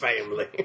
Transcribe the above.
family